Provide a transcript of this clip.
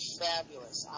fabulous